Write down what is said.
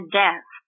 death